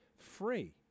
free